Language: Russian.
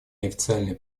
неофициальные